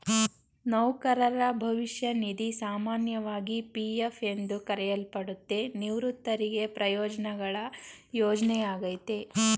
ನೌಕರರ ಭವಿಷ್ಯ ನಿಧಿ ಸಾಮಾನ್ಯವಾಗಿ ಪಿ.ಎಫ್ ಎಂದು ಕರೆಯಲ್ಪಡುತ್ತೆ, ನಿವೃತ್ತರಿಗೆ ಪ್ರಯೋಜ್ನಗಳ ಯೋಜ್ನೆಯಾಗೈತೆ